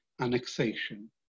annexation